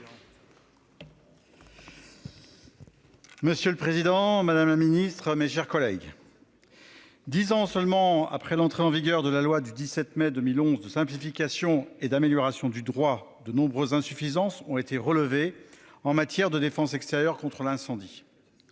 Monsieur le Président Madame la Ministre, mes chers collègues. 10 ans seulement après l'entrée en vigueur de la loi du 17 mai 2011 de simplification et d'amélioration du droit, de nombreuses insuffisances ont été relevés en matière de défense extérieure contre l'incendie.